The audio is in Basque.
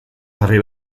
jarri